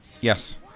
Yes